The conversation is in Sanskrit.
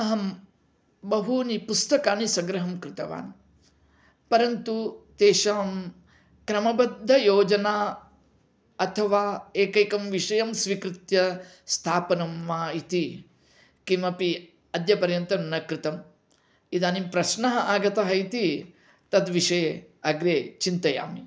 अहं बहूनि पुस्तकानि सङ्ग्रहं कृतवान् परन्तु तेषां क्रमबद्धयोजना अथवा एकैकं विषयं स्वीकृत्य स्थापनं वा इति किमपि अद्यपर्यन्तं न कृतं इदानीं प्रश्नः आगतः इति तद्विषये अग्रे चिन्तयामि